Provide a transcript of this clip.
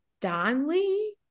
Donley